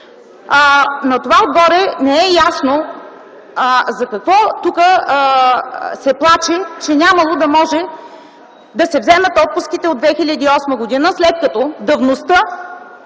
На това отгоре не е ясно за какво тук се плаче, че нямало да може да се вземат отпуските от 2008 г., след като давността